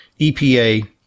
EPA